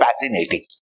fascinating